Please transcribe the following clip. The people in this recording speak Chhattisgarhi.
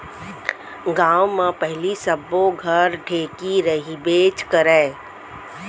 गॉंव म पहिली सब्बो घर ढेंकी रहिबेच करय